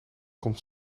komt